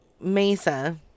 Mesa